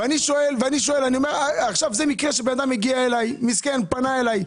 זה מקרה של אדם מסכן פנה אליי.